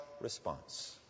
response